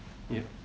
yup